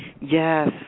Yes